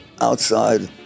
outside